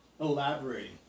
elaborating